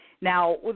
Now